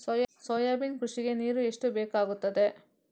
Soybean ಕೃಷಿಗೆ ನೀರು ಎಷ್ಟು ಬೇಕಾಗುತ್ತದೆ?